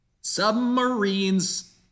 Submarines